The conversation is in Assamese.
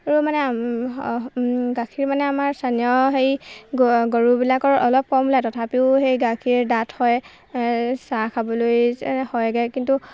আৰু মানে গাখীৰ মানে আমাৰ চান হেৰি গৰুবিলাকৰ অলপ কম ওলায় তথাপিও সেই গাখীৰ ডাঠ হয় চাহ খাবলৈ হয়গৈ কিন্তু